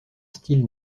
style